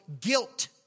guilt